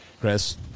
Chris